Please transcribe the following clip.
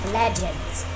legends